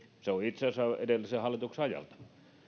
se on itse asiassa edellisen hallituksen ajalta